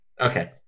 Okay